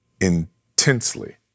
intensely